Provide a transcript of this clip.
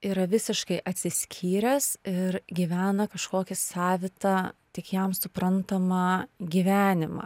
yra visiškai atsiskyręs ir gyvena kažkokį savitą tik jam suprantamą gyvenimą